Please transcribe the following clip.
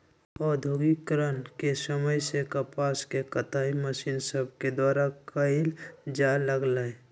औद्योगिकरण के समय से कपास के कताई मशीन सभके द्वारा कयल जाय लगलई